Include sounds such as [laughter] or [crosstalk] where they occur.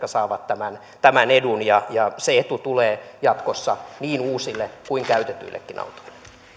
[unintelligible] saavat tämän tämän edun ja ja se etu tulee jatkossa niin uusille kuin käytetyillekin autoille